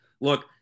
look